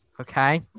Okay